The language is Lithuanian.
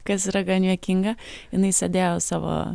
kas yra gan juokinga jinai sėdėjo savo